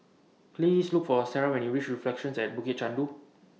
Please Look For Sarrah when YOU REACH Reflections At Bukit Chandu